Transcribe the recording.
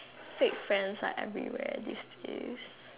fake friends like everywhere these days